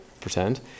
pretend